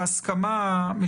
ואז שהסנגור לא